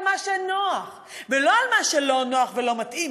מה שנוח ולא על מה שלא נוח ולא מתאים,